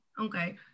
Okay